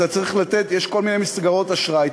יש כל מיני מסגרות אשראי.